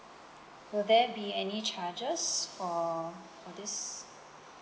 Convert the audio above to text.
will there be any charges for for this